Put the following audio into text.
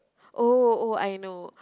oh oh I know